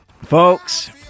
Folks